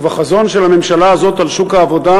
ובחזון של הממשלה הזאת על שוק העבודה